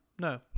No